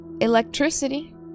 electricity